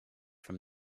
from